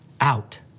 out